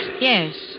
Yes